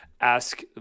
ask